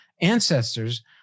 ancestors